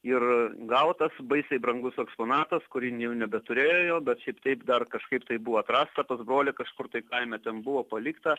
ir gautas baisiai brangus eksponatas kuri jin jau nebeturėjo jo bet šiaip taip dar kažkaip tai buvo atrasta pas brolį kažkur tai kaime ten buvo palikta